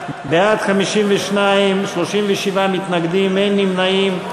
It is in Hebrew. בעד, 35, 52 מתנגדים, אין נמנעים.